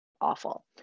awful